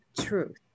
truth